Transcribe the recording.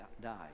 die